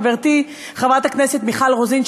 חברתי חברת הכנסת מיכל רוזין,